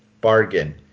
bargain